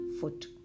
foot